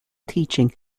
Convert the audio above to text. teaching